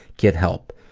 get help,